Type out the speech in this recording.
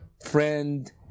friend